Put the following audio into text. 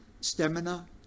stamina